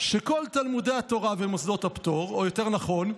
שכל תלמודי התורה ומוסדות הפטור, או יותר נכון,